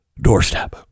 doorstep